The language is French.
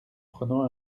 prenant